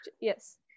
Yes